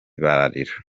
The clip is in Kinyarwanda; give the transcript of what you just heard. bararira